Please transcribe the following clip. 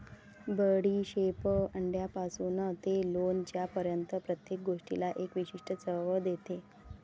बडीशेप अंड्यापासून ते लोणच्यापर्यंत प्रत्येक गोष्टीला एक विशिष्ट चव देते